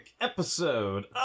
episode